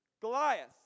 Goliath